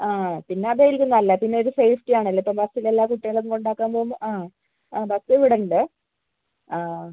ആ ആ പിന്നെ അതായിരിക്കും നല്ലത് പിന്നെ ഒര് സേഫ്റ്റി ആണല്ലോ ഇപ്പം ബസ്സിൽ എല്ലാ കുട്ടികളും കൊണ്ടാക്കാൻ പോവുമ്പോൾ ആ ആ ബസ് ഇവിടെ ഉണ്ട് ആ ആ